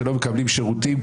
שלא מקבלים שירותים,